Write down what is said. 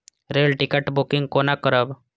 Rail ticket booking कोना करब?